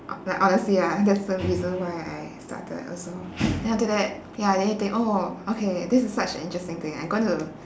like honestly ah that's the reason why I started also then after that ya then you think oh okay this is such an interesting thing I'm going to